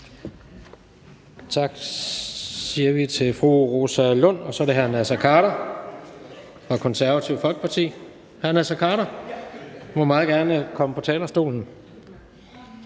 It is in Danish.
Tak siger vi til fru Rosa Lund. Så er det hr. Naser Khader fra Det Konservative Folkeparti. Hr. Naser Khader må meget gerne komme på talerstolen